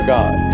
God